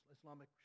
Islamic